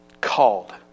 called